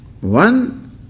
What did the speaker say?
One